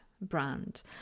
brand